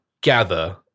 gather